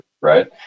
right